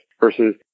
versus